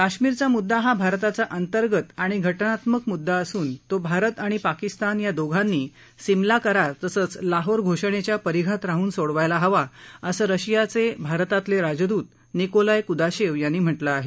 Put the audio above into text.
काश्मिरचा मुद्दा हा भारताचा अंतर्गत आणि घ जात्मक मुद्दा असून तो भारत आणि पाकिस्तान या दोघांनी सिमला करार तसंच लाहोर घोषणेच्या परीघात राहून सोडवायला हवा असं रशियाचे भारतातले राजदूत निकोलाय कुदाशेव यांनी म्हा झिं आहे